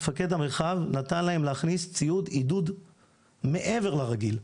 מפקד המרחב נתן להם להכניס ציוד עידוד מעבר לרגיל.